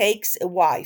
takes a wife